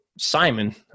Simon